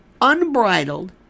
unbridled